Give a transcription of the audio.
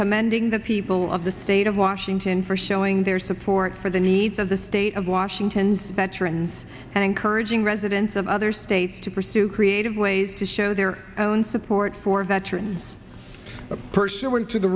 commending the people of the state of washington for showing their support for the needs of the state of washington veteran and encouraging residents of other states to pursue creative ways to show their own support for veteran a person went to the